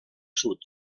sud